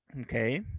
Okay